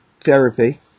therapy